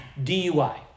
DUI